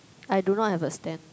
I do not have a stand